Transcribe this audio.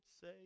say